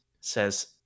says